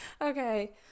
Okay